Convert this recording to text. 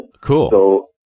Cool